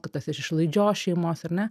kitas iš išlaidžios šeimos ar ne